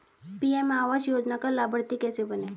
PM आवास योजना का लाभर्ती कैसे बनें?